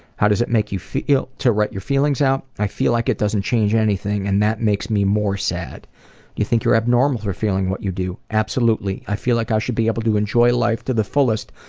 how does it make you feel to write your feelings out i feel like it doesn't change anything, and that makes me more sad. do you think you're abnormal for feeling what you do absolutely. i feel like i should be able to enjoy life to the fullest,